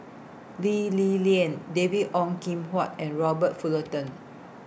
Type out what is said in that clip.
Lee Li Lian David Ong Kim Huat and Robert Fullerton